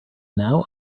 now